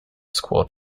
squad